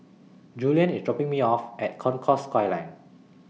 Julien IS dropping Me off At Concourse Skyline